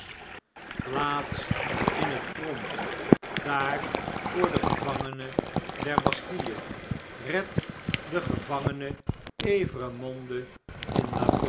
plaats in het front daar voor den gevangene der bastille eedt den gevangene evremonde